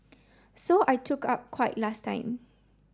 so I took up quite last time